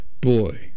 boy